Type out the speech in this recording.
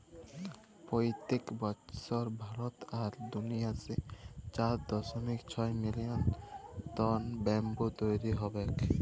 পইত্তেক বসর ভারত আর দুলিয়াতে চার দশমিক ছয় মিলিয়ল টল ব্যাম্বু তৈরি হবেক